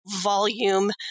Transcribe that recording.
volume